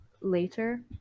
later